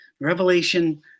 revelation